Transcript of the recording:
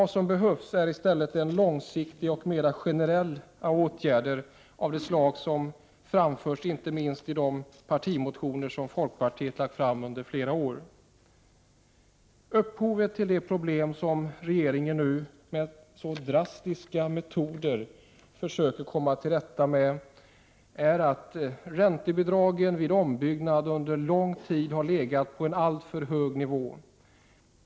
Det behövs i stället långsiktiga och mer generella åtgärder av det slag som har framförts, inte minst i de partimotioner som folkpartiet har lagt fram under flera år. Upphovet till de problem som regeringen nu med så drastiska metoder försöker komma till rätta med är att räntebidragen vid ombyggnad under en lång tid har legat på en alltför hög nivå.